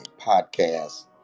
podcast